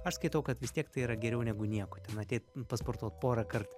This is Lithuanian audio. aš skaitau kad vis tiek tai yra geriau negu nieko ten ateit pasportuot porąkart